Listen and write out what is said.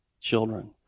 children